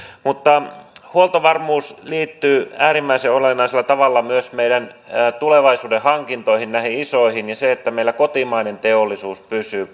mutta huoltovarmuus liittyy äärimmäisen olennaisella tavalla myös meidän tulevaisuuden hankintoihin näihin isoihin ja siihen että meillä kotimainen puolustusteollisuus pysyy